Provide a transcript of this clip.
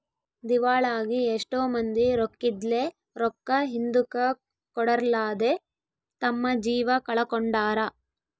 ದಿವಾಳಾಗಿ ಎಷ್ಟೊ ಮಂದಿ ರೊಕ್ಕಿದ್ಲೆ, ರೊಕ್ಕ ಹಿಂದುಕ ಕೊಡರ್ಲಾದೆ ತಮ್ಮ ಜೀವ ಕಳಕೊಂಡಾರ